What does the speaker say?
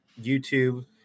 youtube